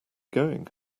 going